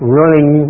running